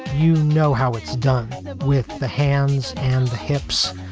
you know how it's done with the hands and the hips.